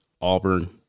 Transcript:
Auburn